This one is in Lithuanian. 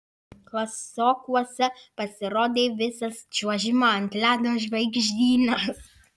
klasiokuose pasirodė visas čiuožimo ant ledo žvaigždynas